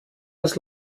was